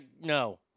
no